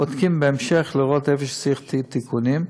בודקים בהמשך לראות איפה צריך תיקונים,